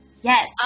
Yes